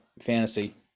fantasy